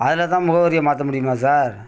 அதில் தான் முகவரியை மாற்ற முடியுமா சார்